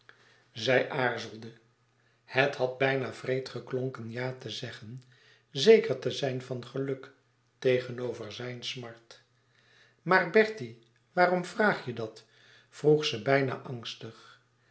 zij aarzelde het had bijna wreed geklonken ja te zeggen zeker te zijn van geluk tegenover zijne smart maar bertie waarom vraag je dat vroeg ze bijna angstig